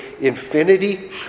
infinity